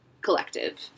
collective